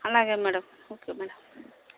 అలాగే madam okay madam